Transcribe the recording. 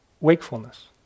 wakefulness